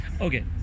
okay